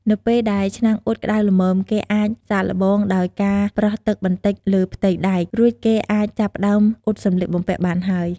នៅពេលដែលឆ្នាំងអ៊ុតក្តៅល្មម គេអាចសាកល្បងដោយការប្រោះទឹកបន្តិចលើផ្ទៃដែក រួចគេអាចចាប់ផ្តើមអ៊ុតសម្លៀកបំពាក់បានហើយ។